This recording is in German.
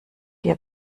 dir